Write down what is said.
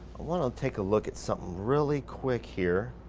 i wanna take a look at something really quick here.